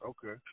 Okay